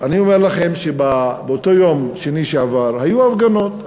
אני אומר לכם שבאותו יום שני שעבר היו הפגנות.